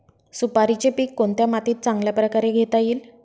सुपारीचे पीक कोणत्या मातीत चांगल्या प्रकारे घेता येईल?